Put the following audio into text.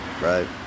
Right